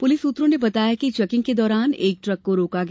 police सुत्रों ने बताया कि चेकिंग के दौरान एक ट्रक को रोका गया